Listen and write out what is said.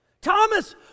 Thomas